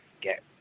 get